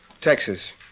Texas